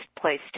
place